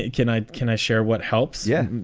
ah can i. can i share what helps? yeah.